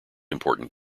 important